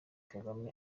kagame